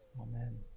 Amen